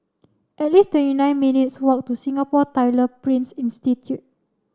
at least in nine minutes' walk to Singapore Tyler Prints Institute